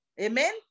amen